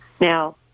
Now